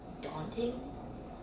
daunting